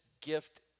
gift